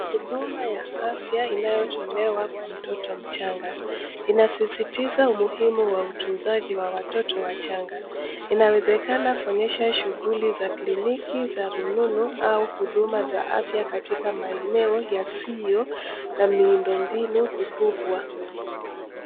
Huduma ya afya inayotolewa kwa mtoto mchanga. Inasisitiza umuhimu wa utunzaji wa watoto wachanga. Inawezekana kuonyesha shughuli za kliniki za rununu au huduma za afya katika maeneo, yasiyo na miundombinu mikubwa.